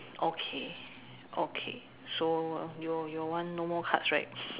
okay okay so your your one no cards right